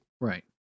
right